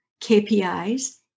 KPIs